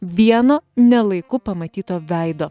vieno ne laiku pamatyto veido